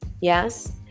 yes